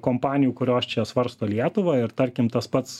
kompanijų kurios čia svarsto lietuvą ir tarkim tas pats